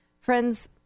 Friends